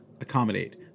accommodate